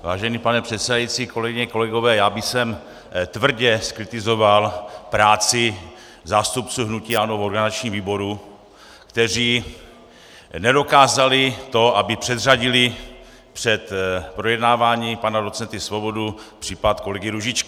Vážený pane předsedající, kolegyně, kolegové, já bych tvrdě zkritizoval práci zástupců hnutí ANO v organizačním výboru, kteří nedokázali to, aby předřadili před projednávání pana docenta Svobody případ kolegy Růžičky.